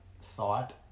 thought